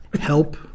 help